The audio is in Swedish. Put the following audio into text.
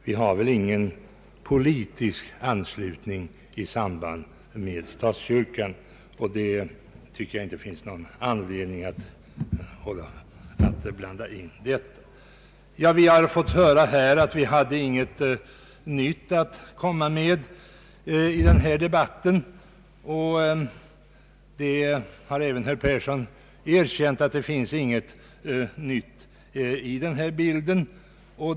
Vi har ingen politisk anslutning till statskyrkan och då finns det ingen anledning att dra in den i detta sammanhang. Vi reservanter har fått höra att vi inte hade något nytt att komma med i den här debatten. Även herr Persson har erkänt att det inte finns något nytt i bilden.